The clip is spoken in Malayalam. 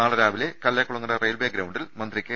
നാളെ രാവിലെ കല്ലേക്കുളങ്ങര റെയിൽവേ ഗ്രൌണ്ടിൽ മന്ത്രി കെ